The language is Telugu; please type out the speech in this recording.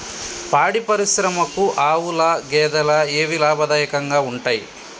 పాడి పరిశ్రమకు ఆవుల, గేదెల ఏవి లాభదాయకంగా ఉంటయ్?